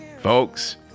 Folks